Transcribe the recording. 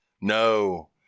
no